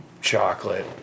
chocolate